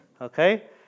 Okay